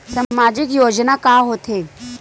सामाजिक योजना का होथे?